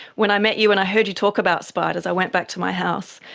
when i met you and i heard you talk about spiders i went back to my house,